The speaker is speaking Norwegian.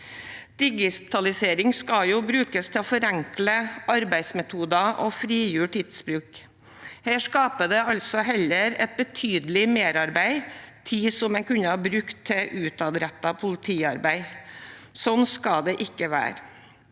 Digitalisering skal brukes til å forenkle arbeidsmetoder og frigjøre tidsbruk. Her skaper det altså heller et betydelig merarbeid. Det er tid en kunne brukt til utadrettet politiarbeid. Slik skal det ikke være.